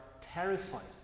terrified